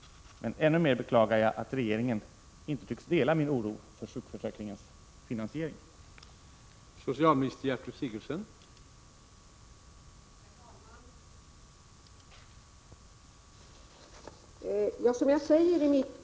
Men ännu mer beklagar jag att regeringen inte tycks dela min oro för sjukförsäkringens finansiering.